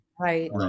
right